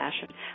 fashion